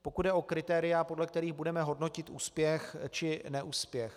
Pokud jde o kritéria, podle kterých budeme hodnotit úspěch či neúspěch.